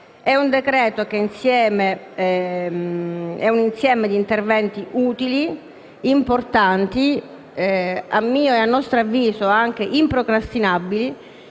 in esame reca un insieme di interventi utili, importanti, a mio e a nostro avviso anche improcrastinabili,